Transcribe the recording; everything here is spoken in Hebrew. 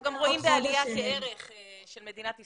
אני רואים בעליה כערך של מדינת ישראל.